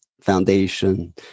foundation